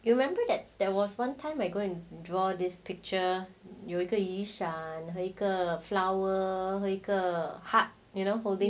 you remember that there was one time I go and draw this picture 有一个雨伞和一个 flower 和一个 heart then holding an umbrella over the flower then it's raining